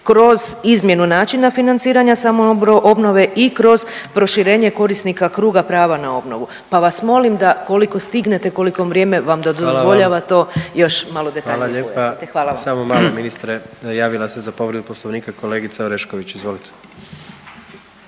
kroz izmjenu načina financiranja samoobnove i kroz proširenje korisnika kruga prava na obnovu, pa vas molim da koliko stignete, koliko vrijeme vam dozvoljava …/Upadica predsjednik: Hvala vam./… to još malo detaljnije pojasnite. Hvala vam. **Jandroković, Gordan (HDZ)** Hvala lijepa. Samo malo ministre, javila se za povredu poslovnika kolegica Orešković. Izvolite.